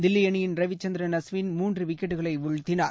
தில்லிஅணியின் Ravichandran Ashwin மூன்றுவிக்கெட்டுகளைவீழ்த்தினார்